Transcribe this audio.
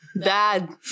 Dad